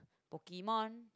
pokemon